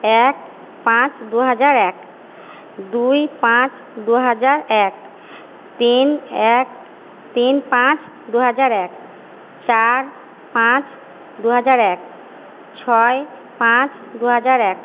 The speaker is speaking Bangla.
এক পাঁচ দুহাজার এক দুই পাঁচ দুহাজার এক তিন এক তিন পাঁচ দুহাজার এক চার পাঁচ দুহাজার এক ছয় পাঁচ দুহাজার এক